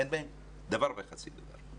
אין בהם דבר וחצי דבר.